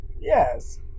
Yes